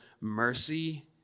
mercy